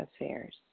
affairs